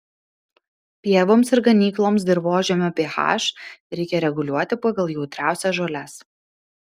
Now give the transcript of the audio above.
pievoms ir ganykloms dirvožemio ph reikia reguliuoti pagal jautriausias žoles